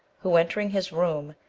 who, entering his room,